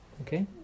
Okay